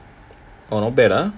oh not bad ah